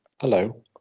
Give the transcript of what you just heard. Hello